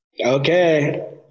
Okay